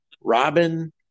Robin